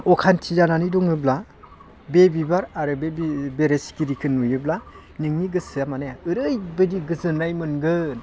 असान्थि जानानै दङब्ला बे बिबार आरो बेरे सिखिरिखौ नुयोब्ला नोंनि गोसोआ माने ओरैबायदि गोजोन्नाय मोनगोन